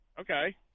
Okay